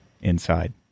Inside